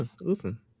Listen